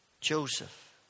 Joseph